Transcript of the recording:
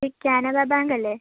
Canara bank അല്ലേ